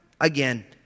again